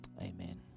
amen